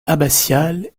abbatiale